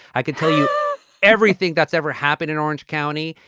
i could tell you everything that's ever happened in orange county.